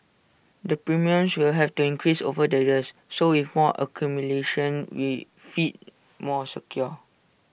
the premiums will have to increase over the years so with more accumulation we feel more secure